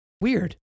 Weird